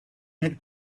had